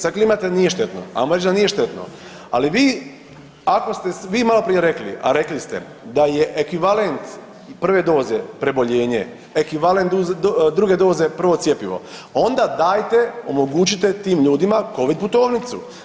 Sada klimate nije štetno, a možda nije štetno ali vi ako ste malo prije rekli a rekli ste da je ekvivalent prve doze preboljenje, ekvivalent druge doze je prvo cjepivo onda dajte omogućite tim ljudima Covid putovnicu.